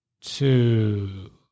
two